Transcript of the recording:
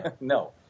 No